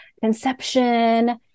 conception